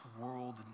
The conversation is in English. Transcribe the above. world